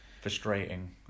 Frustrating